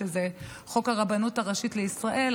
שזה חוק הרבנות הראשית לישראל,